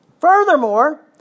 Furthermore